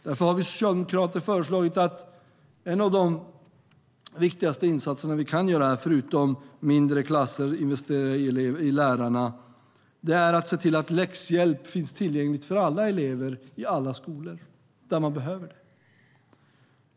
Därför har vi socialdemokrater föreslagit att en av de viktigaste insatser vi kan göra, förutom mindre klasser och att investera i lärarna, är att se till att läxhjälp finns tillgänglig för alla elever i alla skolor där man behöver det.